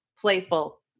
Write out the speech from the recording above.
playful